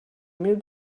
mil